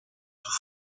sous